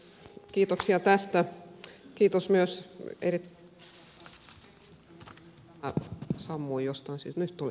kiitoksia tästä kiitos myös erittäin hyvästä keskustelusta